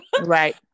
Right